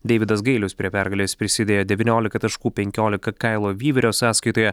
deividas gailius prie pergalės prisidėjo devyniolika taškų penkiolika kailo vyvirio sąskaitoje